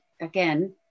again